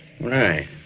Right